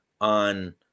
on